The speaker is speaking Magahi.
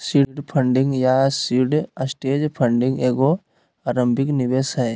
सीड फंडिंग या सीड स्टेज फंडिंग एगो आरंभिक निवेश हइ